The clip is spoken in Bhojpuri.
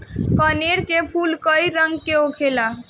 कनेर के फूल कई रंग के होखेला